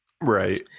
Right